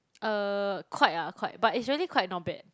uh quite ah quite but is really quite not bad